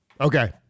Okay